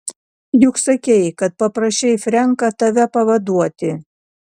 juk sakei kad paprašei frenką tave pavaduoti